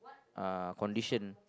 uh condition